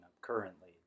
currently